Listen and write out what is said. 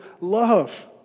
love